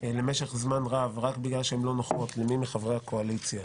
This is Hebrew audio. למשך זמן רב רק בגלל שהן לא נוחות למי מחברי הקואליציה,